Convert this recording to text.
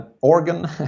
organ